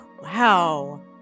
Wow